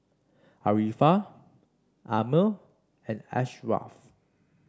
Arifa Ammir and Ashraff